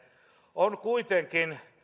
on kuitenkin